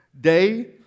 day